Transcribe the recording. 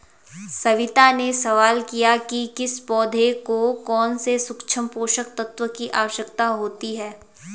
सविता ने सवाल किया कि किस पौधे को कौन से सूक्ष्म पोषक तत्व की आवश्यकता होती है